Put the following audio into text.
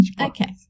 Okay